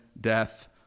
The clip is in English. death